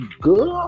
good